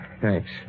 thanks